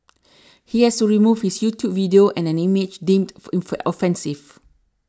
he has to remove his YouTube video and an image deemed offensive